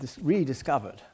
rediscovered